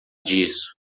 disso